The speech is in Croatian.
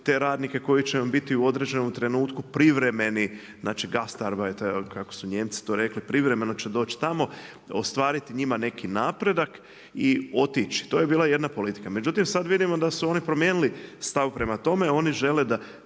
te radnike koji će biti u određenom trenutku privremeni znači gastarbajter kako su Nijemci to rekli privremeno će doć tamo, ostvariti njima neki napredak i otići. To je bila jedna politika. Međutim sada vidimo da su oni promijenili stav prema tome, oni žele da